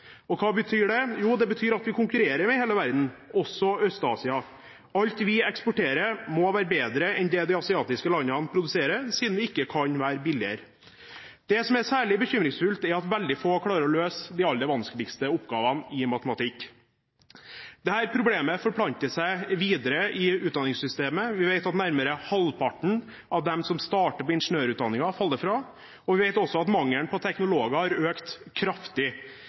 verden. Hva betyr det? Jo, det betyr at vi konkurrerer med hele verden, også Øst-Asia. Alt vi eksporterer, må være bedre enn det de asiatiske landene produserer, siden vi ikke kan være billigere. Det som er særlig bekymringsfullt, er at veldig få klarer å løse de aller vanskeligste oppgavene i matematikk. Dette problemet forplanter seg videre i utdanningssystemet. Vi vet at nærmere halvparten av dem som starter på ingeniørutdanningen, faller fra, og vi vet også at mangelen på teknologer har økt kraftig.